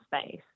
space